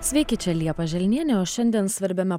sveiki čia liepa želnienė o šiandien svarbiame